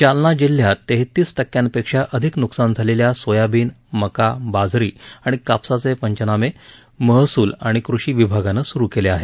जालना जिल्ह्यात तेहतीस टक्क्यांपेक्षा अधिक नुकसान झालेल्या सोयाबीन मका बाजरी आणि कापसाचे पंचनामे महसूल आणि कृषी विभागानं सुरू केले आहेत